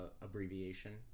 abbreviation